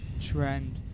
trend